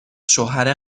شوهر